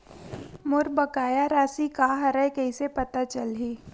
मोर बकाया राशि का हरय कइसे पता चलहि?